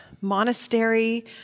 monastery